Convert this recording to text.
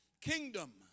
Kingdom